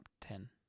ten